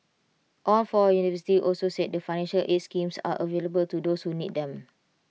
all four universities also said that financial aids schemes are available to those who need them